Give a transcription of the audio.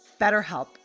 BetterHelp